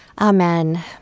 Amen